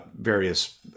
various